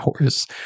hours